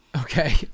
Okay